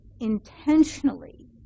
intentionally